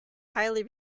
highly